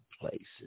places